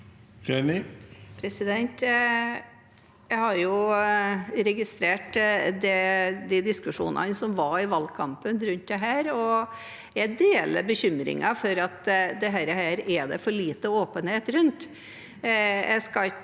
Jeg har registrert de diskusjonene som var i valgkampen rundt dette, og jeg deler bekymringen for at dette er det for lite åpenhet rundt.